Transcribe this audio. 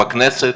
בכנסת,